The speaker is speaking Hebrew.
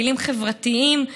פעילים חברתיים.